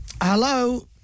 Hello